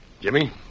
Jimmy